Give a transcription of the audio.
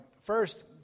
First